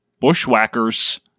Bushwhackers